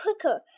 quicker